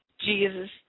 Jesus